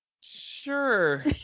sure